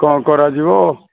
କ'ଣ କରାଯିବ